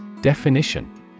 Definition